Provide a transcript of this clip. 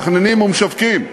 משווקים, מתכננים ומשווקים.